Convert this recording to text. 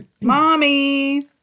mommy